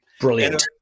Brilliant